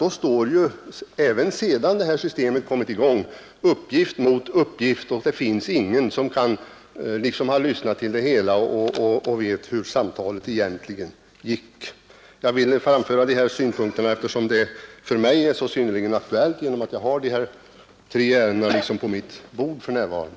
Då står ju, även sedan det nya systmet har kommit i gång, uppgift mot uppgift, och det finns ingen som har lyssnat till samtalet och vet hur det gick. Jag ville framföra dessa synpunkter. Ämnet är ju synnerligen aktuellt för mig, eftersom jag har dessa tre ärenden på mitt bord för närvarande.